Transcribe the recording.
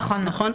נכון.